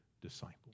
disciple